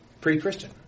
pre-Christian